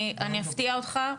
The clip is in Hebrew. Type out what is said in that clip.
אני אפתיע אותך,